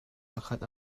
pakhat